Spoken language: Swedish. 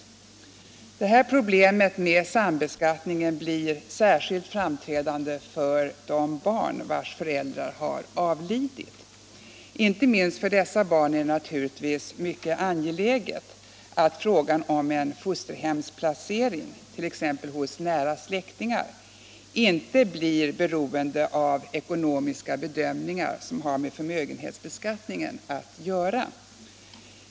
Pro = kapitalbeskattningblemet med sambeskattningen blir särskilt framträdande för de barn vil = en kas föräldrar avlidit. Inte minst för dessa barn är det naturligtvis mycket angeläget att frågan om fosterhemsplacering, t.ex. hos nära släktingar, inte blir beroende av ekonomiska bedömningar som har med förmögenhetsbeskattningen att göra.